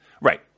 right